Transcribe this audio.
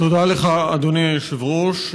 תודה לך, אדוני היושב-ראש.